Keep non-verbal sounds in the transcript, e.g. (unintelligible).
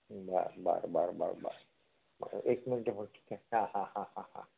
बर बर बर बर बर बर एक मिनटं (unintelligible) हा हा हा हा हा